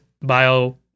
bio-